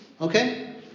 Okay